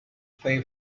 pay